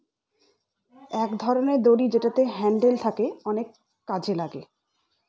এক ধরনের দড়ি যেটাতে হ্যান্ডেল থাকে অনেক কাজে লাগে